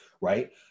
right